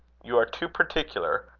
you are too particular.